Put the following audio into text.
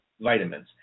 vitamins